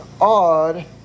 odd